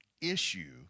issue